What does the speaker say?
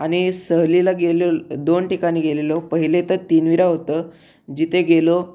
आणि सहलीला गेलेल दोन ठिकाणी गेलेलो पहिले तर तिनविरा होतं जिथे गेलो